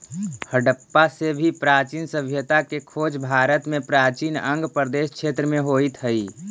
हडप्पा से भी प्राचीन सभ्यता के खोज भारत में प्राचीन अंग प्रदेश क्षेत्र में होइत हई